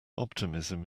optimism